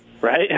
Right